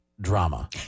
drama